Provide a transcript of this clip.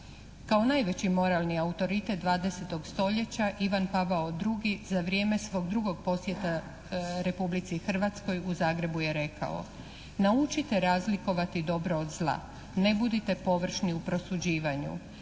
Kao najveći moralni autoritet 20. stoljeća Ivan Pavao II. za vrijeme svog drugog posjeta Republici Hrvatskoj u Zagrebu je rekao: "Naučite razlikovati dobro od zla, ne budite površni u prosuđivanju,